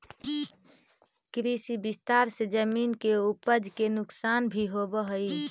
कृषि विस्तार से जमीन के उपज के नुकसान भी होवऽ हई